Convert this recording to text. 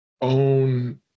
own